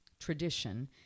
tradition